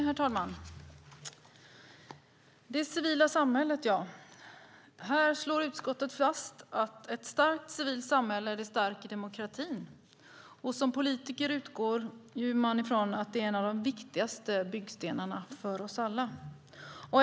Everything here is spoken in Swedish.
Herr talman! Det civila samhället - här slår utskottet fast att ett starkt civilt samhälle stärker demokratin. Och som politiker utgår man från att det är en av de viktigaste byggstenarna för oss alla.